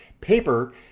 Paper